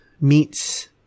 meets